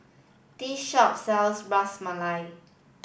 this shop sells Ras Malai